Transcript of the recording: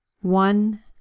One